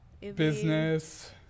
business